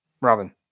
Robin